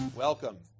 Welcome